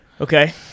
okay